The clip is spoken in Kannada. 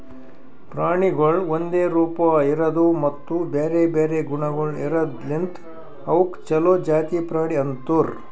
ಪ್ರಾಣಿಗೊಳ್ ಒಂದೆ ರೂಪ, ಇರದು ಮತ್ತ ಬ್ಯಾರೆ ಬ್ಯಾರೆ ಗುಣಗೊಳ್ ಇರದ್ ಲಿಂತ್ ಅವುಕ್ ಛಲೋ ಜಾತಿ ಪ್ರಾಣಿ ಅಂತರ್